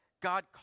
God